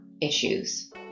issues